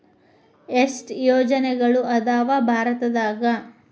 ಎಷ್ಟ್ ಯೋಜನೆಗಳ ಅದಾವ ಭಾರತದಾಗ?